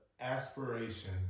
Aspiration